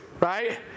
Right